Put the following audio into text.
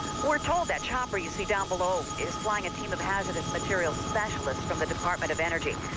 we're told that chopper you see down below is flying a team of hazardous materials specialists from the department of energy.